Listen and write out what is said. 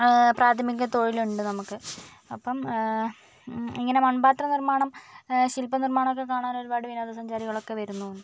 പ്രാഥമിക തൊഴിലുണ്ട് നമുക്ക് അപ്പം ഇങ്ങനെ മൺപാത്ര നിർമ്മാണം ശിൽപ്പ നിർമ്മാണമൊക്കെ കാണാനൊരുപാട് വിനോദ സഞ്ചാരികളൊക്കെ വരുന്നുമുണ്ട്